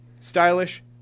stylish